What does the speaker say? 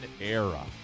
era